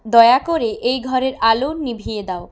দয়া করে এই ঘরের আলো নিভিয়ে দাও